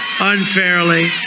unfairly